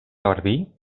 garbí